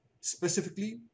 Specifically